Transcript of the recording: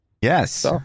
Yes